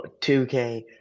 2K